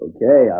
Okay